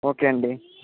okay అండి